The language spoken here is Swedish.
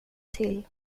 till